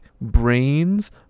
brains